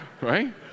right